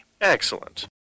Excellent